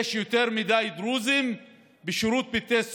יש יותר מדי דרוזים בשירות בתי הסוהר,